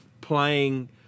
playing